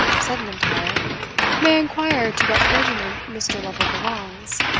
said m'intyre may i inquire to what regiment mr. lovel belongs?